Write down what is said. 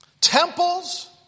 temples